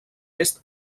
est